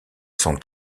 sont